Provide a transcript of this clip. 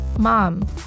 mom